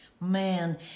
Man